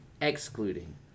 excluding